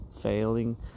failing